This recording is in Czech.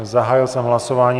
Zahájil jsem hlasování.